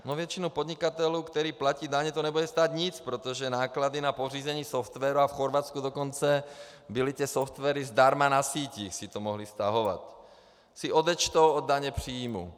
Většinu podnikatelů, kteří platí daně, to nebude stát nic, protože náklady na pořízení softwaru a v Chorvatsku dokonce byly softwary zdarma na síti, kde si to mohli stahovat si odečtou od daně z příjmů.